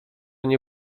nie